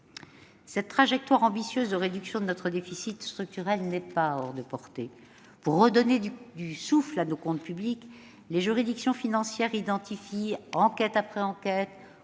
Cette trajectoire ambitieuse de réduction de notre déficit structurel n'est pas hors de portée. Pour redonner du souffle à nos comptes publics, les juridictions financières identifient, enquête après enquête,